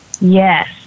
Yes